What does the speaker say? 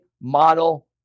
Model